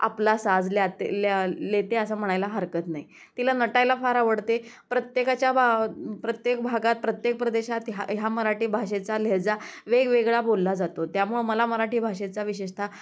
आपला साज ल्याते ल्येते असं म्हणायला हरकत नाई तिला नटायला फार आवडते प्रत्येकाच्या बा प्रत्येक भागात प्रत्येक प्रदेशात ह्या ह्या मराठी भाषेचा लेहजा वेगवेगळा बोलला जातो त्यामुळे मला मराठी भाषेचा विशेषतः